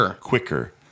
quicker